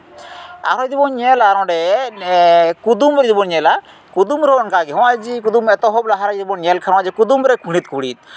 ᱟᱨᱦᱚᱸ ᱡᱩᱫᱤ ᱵᱚᱱ ᱧᱮᱞᱟ ᱱᱚᱰᱮ ᱠᱩᱫᱩᱢ ᱡᱩᱫᱤ ᱵᱚᱱ ᱧᱮᱞᱟ ᱠᱩᱫᱩᱢ ᱨᱮᱦᱚᱸ ᱚᱱᱠᱟᱜᱮ ᱱᱚᱜᱼᱚᱭ ᱡᱮ ᱠᱩᱫᱩᱢ ᱮᱛᱚᱦᱚᱵ ᱞᱟᱦᱟᱨᱮ ᱡᱩᱫᱤ ᱵᱚᱱ ᱧᱮᱞ ᱠᱷᱟᱱ ᱠᱩᱫᱩᱢ ᱨᱮ ᱠᱩᱬᱤᱫ ᱠᱩᱬᱤᱫ